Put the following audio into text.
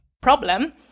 problem